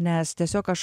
nes tiesiog aš